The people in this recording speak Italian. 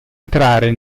entrare